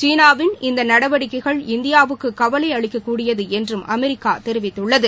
சீனாவின் இந்த நடவடிக்கைகள் இந்தியாவுக்கு கவலை அளிக்கக்கூடியது என்றும் அமெரிக்கா தெரிவித்துள்ளது